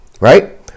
Right